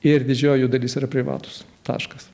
ir didžioji jų dalis yra privatūs taškas